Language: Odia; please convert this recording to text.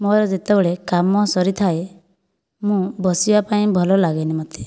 ମୋର ଯେତବେଳେ କାମ ସରିଥାଏ ମୁଁ ବସିବାପାଇଁ ଭଲ ଲଗେନି ମୋତେ